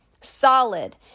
Solid